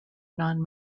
non